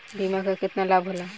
बीमा के केतना लाभ होला?